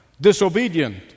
disobedient